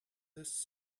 this